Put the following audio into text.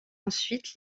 ensuite